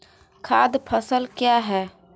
खाद्य फसल क्या है?